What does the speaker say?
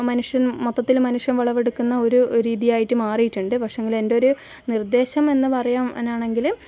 മനുഷ്യൻ മൊത്തത്തിൽ മനുഷ്യൻ വിളവെടുക്കുന്ന ഒരു രീതിയായിട്ട് മാറിയിട്ടുണ്ട് പക്ഷെങ്കിൽ എന്റെ ഒരു നിർദേശം എന്ന് പറയുകയാണെങ്കിൽ